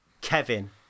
kevin